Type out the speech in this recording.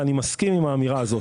ואני מסכים עם האמירה הזאת.